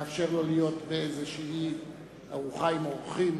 לאפשר לו להיות באיזו ארוחה עם אורחים,